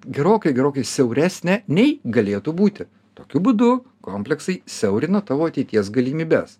gerokai gerokai siauresnė nei galėtų būti tokiu būdu kompleksai siaurina tavo ateities galimybes